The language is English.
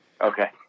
Okay